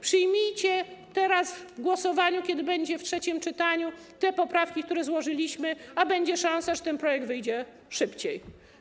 Przyjmijcie w głosowaniu, kiedy będzie trzecie czytanie, te poprawki, które złożyliśmy, a będzie szansa, że ten projekt wyjdzie szybciej.